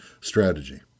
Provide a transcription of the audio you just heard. strategy